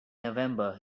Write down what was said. november